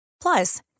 Plus